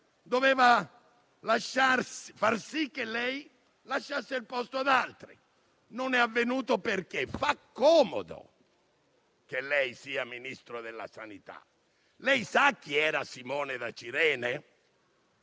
doveva far sì che lei lasciasse il posto ad altri. Non è avvenuto perché fa comodo che lei sia Ministro della salute. Lei sa chi era Simone da Cirene?